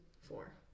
four